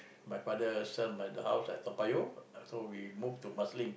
my father sell my the house at Toa Payoh so we move to Marsiling